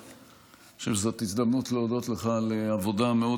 אני חושב שזאת הזדמנות להודות לך על עבודה מאוד